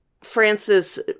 Francis